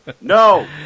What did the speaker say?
No